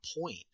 point